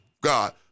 God